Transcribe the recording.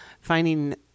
finding